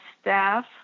staff